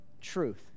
truth